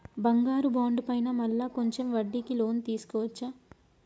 బంగారు బాండు పైన మళ్ళా కొంచెం వడ్డీకి లోన్ తీసుకోవచ్చా?